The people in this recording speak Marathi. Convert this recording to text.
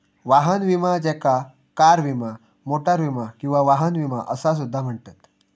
वाहन विमा ज्याका कार विमा, मोटार विमा किंवा वाहन विमा असा सुद्धा म्हणतत